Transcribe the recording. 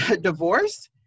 divorce